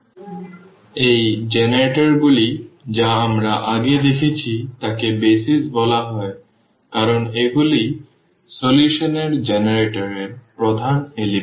সুতরাং এই জেনারেটরগুলি যা আমরা আগে দেখেছি তাকে বেসিস বলা হয় কারণ এগুলি সমাধান এর জেনারেটর এর প্রধান উপাদান